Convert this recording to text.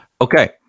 Okay